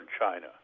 China